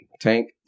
Tank